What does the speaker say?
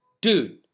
dude